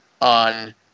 on